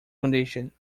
condition